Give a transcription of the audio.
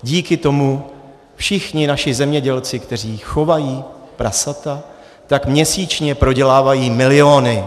Díky tomu všichni naši zemědělci, kteří chovají prasata, měsíčně prodělávají miliony.